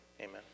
Amen